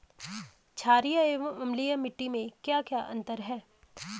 छारीय एवं अम्लीय मिट्टी में क्या क्या अंतर हैं?